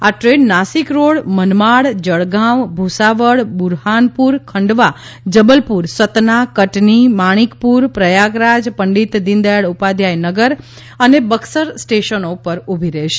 આ train Nashik Road Manmad Jalgaon Bhusawal Burhanpur Khandwa Jabalpur Satna Katni Manikpur Prayagraj Pandit Deendayal Upadhyay Nagar અને બક્સર સ્ટેશનો પર ઊભી રહેશે